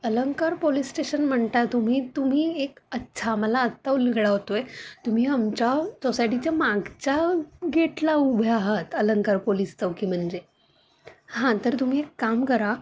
अलंकार police station म्हणता तुम्ही तुम्ही एक अच्छा मला आत्ता उलगडा होतो आहे तुम्ही आमच्या सोसायटीच्या मागच्या गेटला उभे आहात अलंकार पोलिस चौकी म्हणजे हां तर तुम्ही एक काम करा